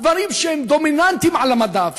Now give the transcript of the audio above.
דברים שהם דומיננטיים על המדף,